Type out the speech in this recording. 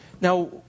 Now